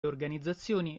organizzazioni